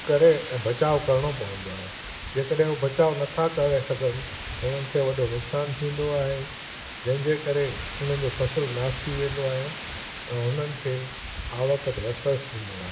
करे ऐं बचाव करिणो पवंदो आहे जे कॾहिं उहे बचाव नथा करे सघनि त हुनखे वॾो नुक़सानु थींदो आहे जंहिंजे करे उन्हनि जो फ़सल नाश थी वेंदो आहे ऐं हुननि खे आवक ते असरु थींदो आहे